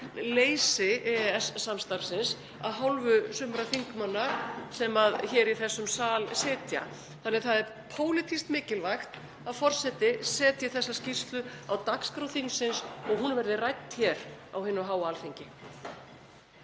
gagnsleysi EES-samstarfsins af hálfu sumra þingmanna sem hér í þessum sal sitja. Þannig að það er pólitískt mikilvægt að forseti setji þessa skýrslu á dagskrá þingsins og að hún verði rædd hér á hinu háa Alþingi.